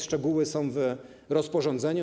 Szczegóły są w rozporządzeniu.